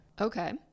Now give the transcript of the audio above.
Okay